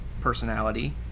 personality